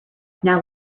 now